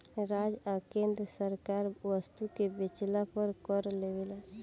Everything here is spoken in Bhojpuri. राज्य आ केंद्र सरकार वस्तु के बेचला पर कर लेवेला